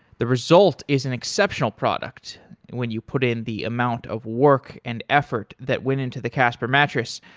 the result is an exceptional product when you put in the amount of work and effort that went into the casper mattress.